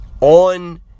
on